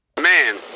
Man